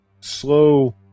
slow